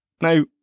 Now